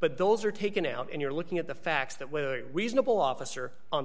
but those are taken out and you're looking at the facts that were reasonable officer on the